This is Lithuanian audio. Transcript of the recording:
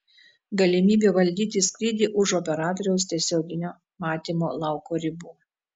galimybė valdyti skrydį už operatoriaus tiesioginio matymo lauko ribų